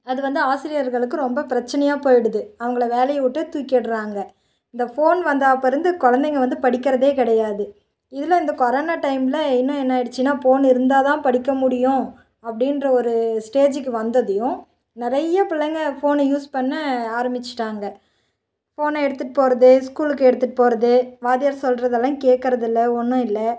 அது வந்து ஆசிரியர்களுக்கு ரொம்ப பிரச்சனையாக போயிடுது அவங்களை வேலையை விட்டு தூக்கிடறாங்க இந்த ஃபோன் வந்தப்போருந்து குழந்தைங்க வந்து படிக்கறதே கிடையாது இதில் இந்த கொரானா டைமில் இன்னும் என்ன ஆயிடுச்சுன்னா ஃபோன் இருந்தால்தான் படிக்க முடியும் அப்படின்ற ஒரு ஸ்டேஜிக்கு வந்ததையும் நிறைய பிள்ளைங்க ஃபோனை யூஸ் பண்ண ஆரமிச்சுட்டாங்க ஃபோனை எடுத்துட்டு போறது ஸ்கூலுக்கு எடுத்துகிட்டு போவது வாத்தியார் சொல்றதெல்லாம் கேட்கறதில்ல ஒன்றும் இல்லை